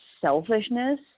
selfishness